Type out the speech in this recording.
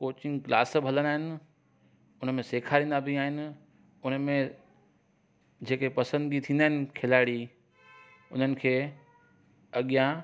coaching class बि हलंदा आहिनि हुन में सेखाररींदा बि आहिनि हुन में जेके पसंदीदा थींंदा आहिनि खिलाड़ी हुननि खे अॻियां